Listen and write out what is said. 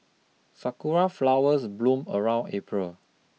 sakura flowers bloom around April